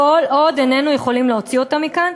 כל עוד איננו יכולים להוציא אותם מכאן,